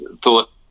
thought